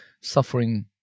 suffering